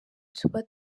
tuba